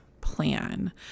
plan